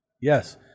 yes